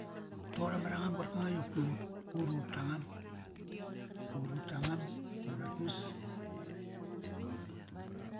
Toqor ama ranga qarkanga i qopki ut. Ut ut tangam, ur ut tangam. Urat mas Ipai